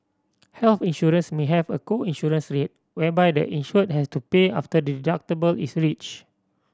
health insurance may have a co insurance rate whereby the insured has to pay after the deductible is reached